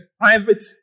private